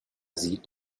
sieht